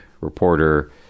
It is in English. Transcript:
reporter